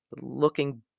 looking